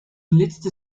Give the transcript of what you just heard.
letzter